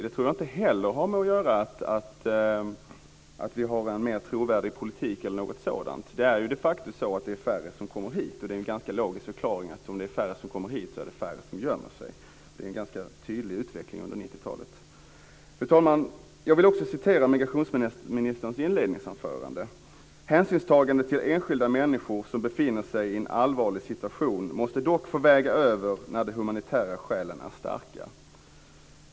Jag tror inte att det har att göra med att vi t.ex. har en mer trovärdig politik. Det är de facto så att det är färre som kommer hit. Det är ganska logiskt att det blir färre som gömmer sig om det är färre som kommer hit. Det är en ganska tydlig utveckling under Fru talman! Jag vill också citera ur migrationsministerns inledningsanförande: "Hänsynstagandet till enskilda människor som befinner sig i en allvarlig situation måste dock få väga över när de humanitära skälen är starka".